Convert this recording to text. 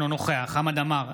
אינו נוכח חמד עמאר,